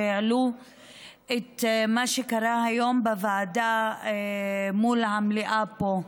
שהעלו את מה שקרה היום בוועדה מול המליאה פה.